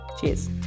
Cheers